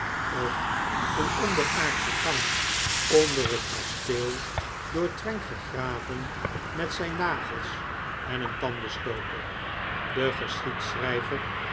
of een onderaardsche gang onder het kasteel door trenck gegraven met zijn nagels en een tandenstoker de